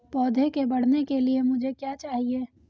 पौधे के बढ़ने के लिए मुझे क्या चाहिए?